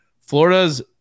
Florida's